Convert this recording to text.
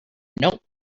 note